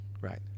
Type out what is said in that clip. right